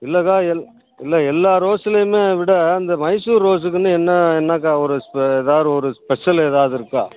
இல்லைக்கா எல் இல்லை எல்லா ரோஸுலையுமே விட இந்த மைசூர் ரோஸுக்குன்னு என்ன என்னக்கா ஒரு எதாவது ஒரு ஸ்பெஷல் எதாவது இருக்கா